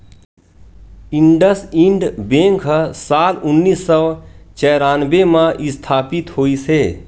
IndusInd bank ह साल उन्नीस सौ चैरानबे म इस्थापित होइस हे